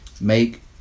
Make